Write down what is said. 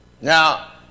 Now